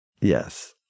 Yes